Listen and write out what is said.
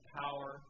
power